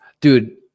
Dude